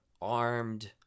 armed